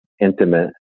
intimate